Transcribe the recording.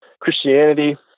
Christianity